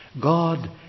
God